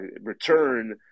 return